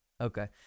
Okay